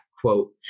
quote